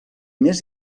més